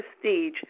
prestige